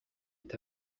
est